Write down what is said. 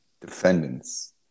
defendants